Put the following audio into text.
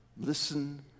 listen